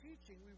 teaching